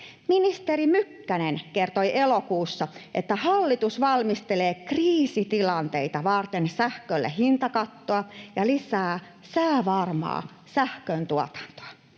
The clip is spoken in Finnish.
Ministeri Mykkänen kertoi elokuussa, että hallitus valmistelee kriisitilanteita varten sähkölle hintakattoa ja lisää säävarmaa sähköntuotantoa.